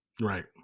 Right